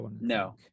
no